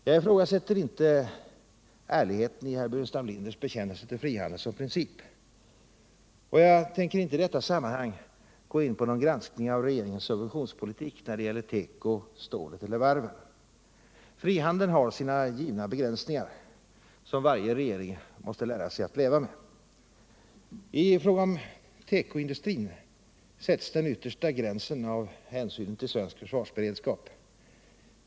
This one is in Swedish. Jag ifrågasätter inte ärligheten i herr Burenstam Linders bekännelser till frihandeln som princip, och jag tänker inte i detta sammanhang gå in på någon granskning av regeringens subventionspolitik när det gäller teko, stålet eller varven. Frihandeln har sina givna begränsningar som varje regering måste lära sig att leva med. I fråga om tekoindustrin sätts den yttersta gränsen av hänsynen till svensk försvarsberedskap.